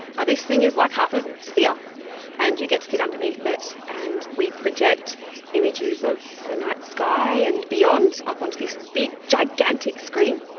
this thing is like half a sphere and you get to sit underneath it and we project images of the night sky and beyond up onto this big gigantic screen.